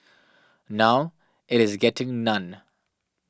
now it is getting none